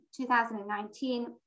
2019